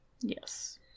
Yes